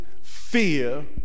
fear